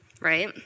Right